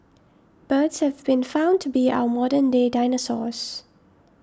birds have been found to be our modern day dinosaurs